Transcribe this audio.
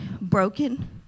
broken